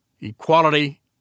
equality